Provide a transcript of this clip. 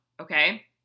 okay